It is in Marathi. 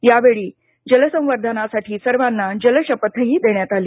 यावेळी जल संवर्धनासाठी सर्वांना जल शपथ ही देण्यात आली